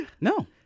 No